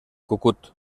cucut